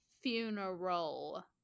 Funeral